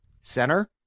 center